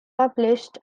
published